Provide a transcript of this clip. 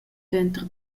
denter